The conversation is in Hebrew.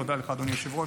תודה לך, אדוני היושב-ראש.